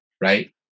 right